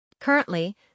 Currently